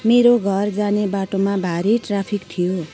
मेरो घर जाने बाटोमा भारी ट्राफिक थियो